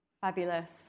Fabulous